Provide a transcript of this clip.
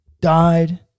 died